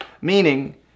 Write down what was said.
Meaning